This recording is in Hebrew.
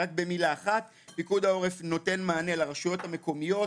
במילה אחת פיקוד העורף נותן מענה לרשויות המקומיות,